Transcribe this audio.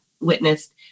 witnessed